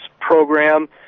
Program